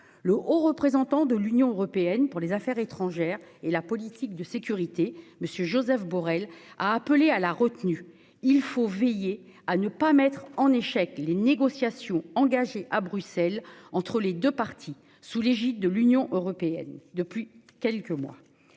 Le Haut Représentant de l'Union européenne pour les affaires étrangères et la politique de sécurité, Josep Borrell, a appelé à la retenue. Il faut veiller à ne pas mettre en échec les négociations engagées à Bruxelles entre les deux parties, sous l'égide de l'Union européenne, depuis quelques mois.